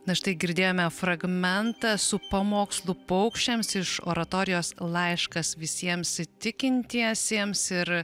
na štai girdėjome fragmentą su pamokslu paukščiams iš oratorijos laiškas visiems tikintiesiems ir